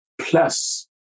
plus